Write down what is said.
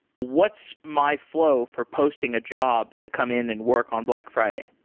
what's my flow for posting a job to come in and work on black friday?